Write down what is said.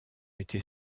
était